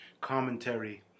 commentary